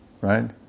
right